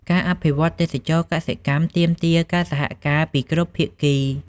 ការអភិវឌ្ឍទេសចរណ៍កសិកម្មទាមទារការសហការពីគ្រប់ភាគី។